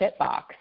Fitbox